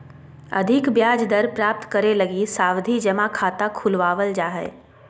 अधिक ब्याज दर प्राप्त करे लगी सावधि जमा खाता खुलवावल जा हय